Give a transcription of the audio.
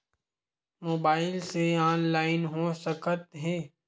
Mobile से online हो सकत हे?